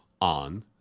on